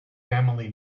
family